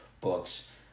books